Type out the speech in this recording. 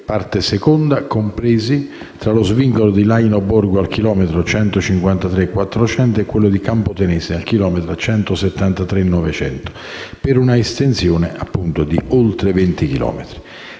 parte 2a, compresi tra lo svincolo Laino Borgo al chilometro 153,400 e quello di Campotenese al chilometro 173,900, per una estensione di oltre venti chilometri.